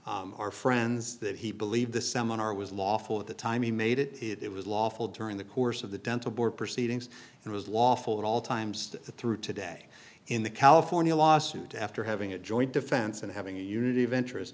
are friends that he believed the seminar was lawful at the time he made it it was lawful during the course of the dental board proceedings and was lawful at all times to through today in the california lawsuit after having a joint defense and having a unity of interest